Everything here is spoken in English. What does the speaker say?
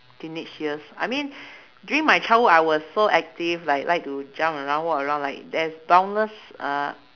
teenage years I mean during my childhood I was so active like like to jump around walk around like there's boundless uh